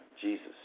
Jesus